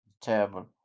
terrible